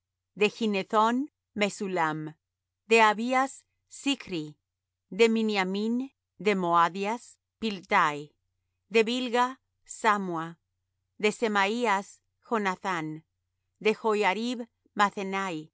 de ginnethón mesullam de abías zichri de miniamín de moadías piltai de bilga sammua de semaías jonathán de joiarib mathenai